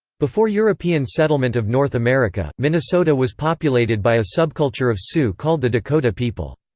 before european settlement of north america, minnesota was populated by a subculture of sioux called the dakota people.